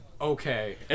okay